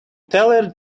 teller